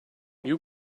you